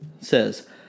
says